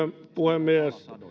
puhemies